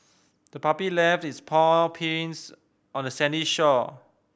the puppy left its paw prints on the sandy shore